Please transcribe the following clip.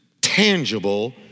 tangible